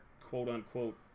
quote-unquote